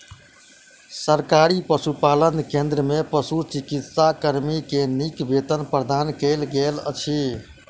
सरकारी पशुपालन केंद्र में पशुचिकित्सा कर्मी के नीक वेतन प्रदान कयल गेल अछि